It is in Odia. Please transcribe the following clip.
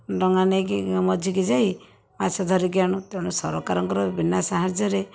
ଡଙ୍ଗା ନେଇକି ମଝିକି ଯାଇ ମାଛ ଧରିକି ଆଣୁ ତେଣୁ ସରକାରଙ୍କର ବିନା ସାହାଯ୍ୟରେ